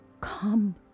come